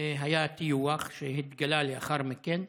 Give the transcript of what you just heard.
היה הטיוח שהתגלה לאחר מכן,